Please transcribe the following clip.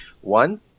One